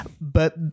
But-